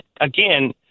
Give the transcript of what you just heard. again